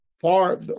far